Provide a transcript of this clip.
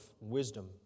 wisdom